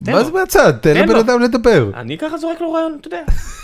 ...תן לבנאדם לדבר. אני ככה זורק לו רעיון אתה יודע